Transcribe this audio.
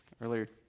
earlier